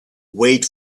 wait